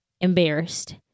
embarrassed